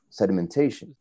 sedimentation